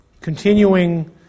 continuing